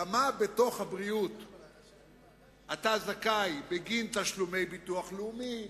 לכמה השתתפות אתה זכאי בגין תשלומי ביטוח לאומי,